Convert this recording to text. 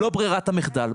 לא ברירת המחדל.